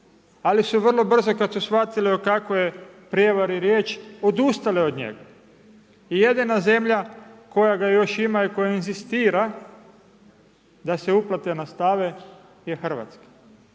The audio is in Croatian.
ali su vrlo brzo kad su shvatile o kakvoj je prijevari riječ odustale od njega. Jedina zemlja koja ga još ima i koja inzistira da se uplate nastave je Hrvatska.